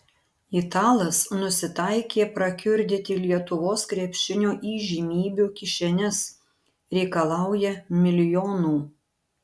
italas nusitaikė prakiurdyti lietuvos krepšinio įžymybių kišenes reikalauja milijonų